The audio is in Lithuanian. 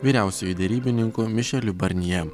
vyriausiuoju derybininku mišeliu barnje